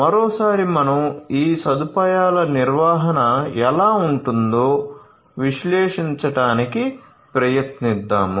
మరోసారి మనం ఈ సదుపాయాల నిర్వహణ ఎలా ఉంటుందో విశ్లేషించడానికి ప్రయత్నిద్దాం